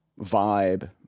vibe